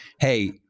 hey